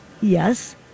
Yes